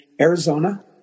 Arizona